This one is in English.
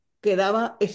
quedaba